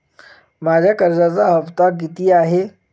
माझा कर्जाचा हफ्ता किती आहे?